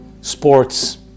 sports